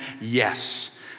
Yes